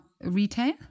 retail